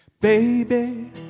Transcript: Baby